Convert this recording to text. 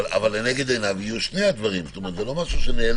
אבל לנגד עיניו יהיו שני הדברים, זה לא נעלם.